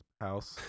house